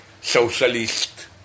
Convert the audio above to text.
socialist